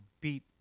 beat